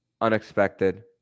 unexpected